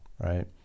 right